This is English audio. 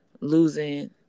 losing